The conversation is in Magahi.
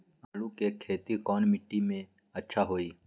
आलु के खेती कौन मिट्टी में अच्छा होइ?